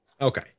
Okay